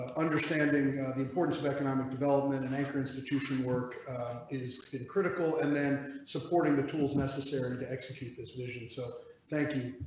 ah understanding the importance of economic development and anchor institution work is and critical and then supporting the tools necessary to execute this vision. so thank you.